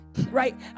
right